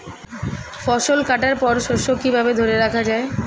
ফসল কাটার পর শস্য কিভাবে ধরে রাখা য়ায়?